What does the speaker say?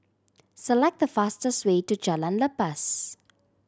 select the fastest way to Jalan Lepas